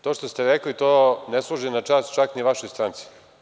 To što ste rekli ne služi na čast čak ni vašoj stranci.